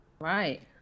Right